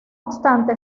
obstante